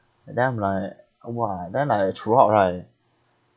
and then I'm like !wah! then like throughout right